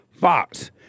Fox